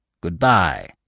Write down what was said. Goodbye